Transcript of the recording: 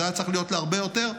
זה היה צריך להיות להרבה יותר,